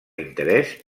interès